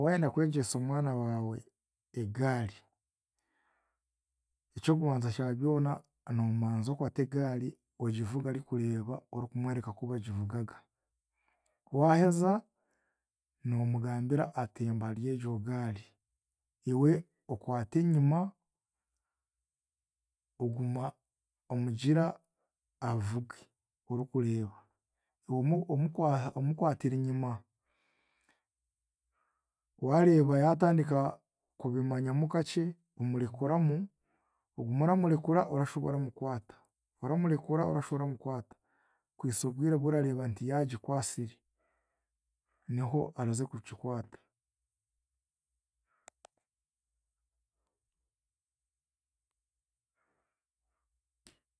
Waayenda kwegyesa omwana waawe egaari, eky'okubanza kya byona, noomanza okwate egaari ogivuga arikureeba orikumwereka oku bagivugaga. Waaheza, noomugambira atemba aharyegyo gaari. Iwe okwata enyima oguma omugira avuge orikureeba omu- omukwa omukwatiire enyima. Waareeba yaatandika kubimanyamu kakye, omurekuramu, oguma oramurekura orashuba oramukwata, oramurekura orashuba oramukwata kuhisa obwire bworareeba nti yaagikwasire. Niho araaze kugikwata.